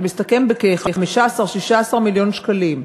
זה מסתכם ב-16-15 מיליון שקלים.